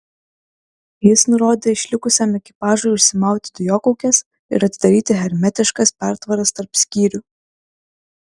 jis nurodė išlikusiam ekipažui užsimauti dujokaukes ir atidaryti hermetiškas pertvaras tarp skyrių